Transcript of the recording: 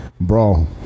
bro